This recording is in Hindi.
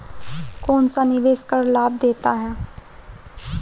कौनसा निवेश कर लाभ देता है?